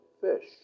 fish